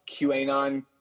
QAnon